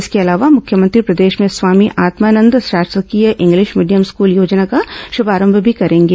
इसके अलावा मुख्यमंत्री प्रदेश में स्वामी आत्मानंद शासकीय इंग्लिश मीडियम स्कूल योजना का शुभारंभ भी करेंगे